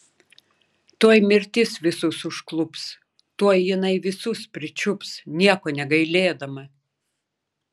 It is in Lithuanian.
tuoj mirtis visus užklups tuoj jinai visus pričiups nieko negailėdama